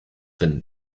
been